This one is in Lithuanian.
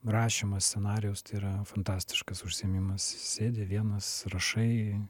rašymas scenarijaus tai yra fantastiškas užsiėmimas sėdi vienas rašai